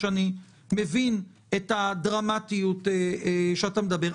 שאני מבין את הדרמטיות שעליה אתה מדבר,